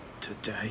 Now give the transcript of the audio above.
Today